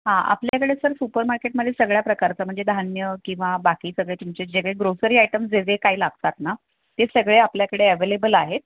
हां आपल्याकडे sir super मार्केटमध्ये सगळ्या प्रकारचं म्हणजे धान्य किंवा बाकी सगळे तुमचे जे काही ग्रोसरी आयटम्स जे काही लागतात ना ते सगळे आपल्याकडे ॲवेलेबल आहेत